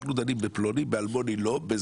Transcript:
אנחנו דנים בפלוני ובאלמוני לא.